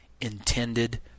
intended